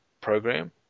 program